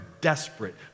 desperate